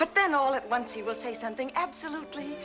but then all at once he will say something absolutely